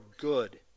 good